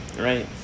right